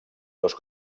dos